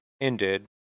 ended